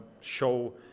show